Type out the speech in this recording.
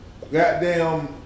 goddamn